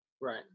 right